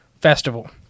Festival